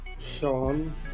Sean